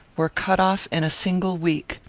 were cut off in a single week.